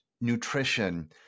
nutrition